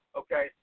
okay